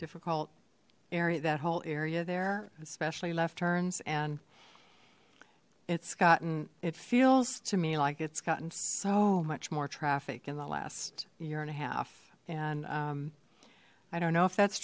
difficult area that whole area there especially left turns and it's gotten it feels to me like it's gotten so much more traffic in the last year and a half and um i don't know if that's